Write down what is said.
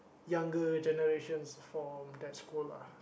younger generations from that school lah